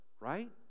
right